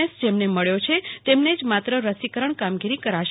S જેમને મળ્યો છે તેમને જ માત્ર રસીકરણ કામગીરી કરાશે